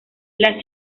las